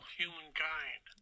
humankind